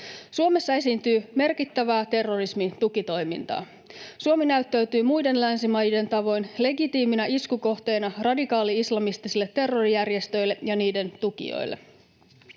Suomessa esiintyy merkittävää terrorismin tukitoimintaa. Suomi näyttäytyy muiden länsimaiden tavoin legitiiminä iskukohteena radikaali-islamistisille terrorijärjestöille ja niiden tukijoille.